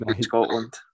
Scotland